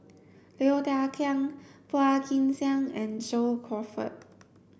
Low Thia Khiang Phua Kin Siang and John Crawfurd